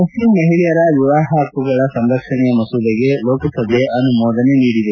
Muslim ಮಹಿಳೆಯರ ವಿವಾಹ ಹಕ್ಕುಗಳ ಸಂರಕ್ಷಣೆಯ ಮಸೂದೆಗೆ ಲೋಕಸಭೆ ಅನುಮೋದನೆ ನೀಡಿದೆ